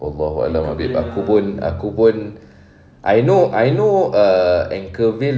babe aku pun aku pun I know I know err anchorvale